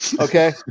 Okay